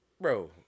Bro